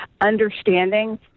understanding